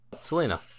Selena